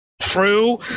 true